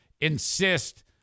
insist